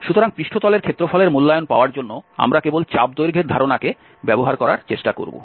সুতরাং পৃষ্ঠতলের ক্ষেত্রফলের মূল্যায়ন পাওয়ার জন্য আমরা কেবল চাপের দৈর্ঘ্যের ধারণাকে ব্যবহার করার চেষ্টা করব